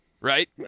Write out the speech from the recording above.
right